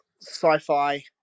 sci-fi